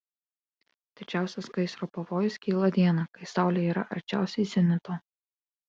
didžiausias gaisro pavojus kyla dieną kai saulė yra arčiausiai zenito